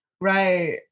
right